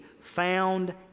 found